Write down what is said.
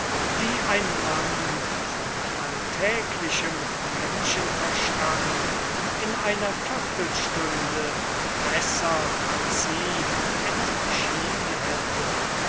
die ein mann von alltäglichem menschenverstand in einer viertelstunde besser als sie entschieden hätte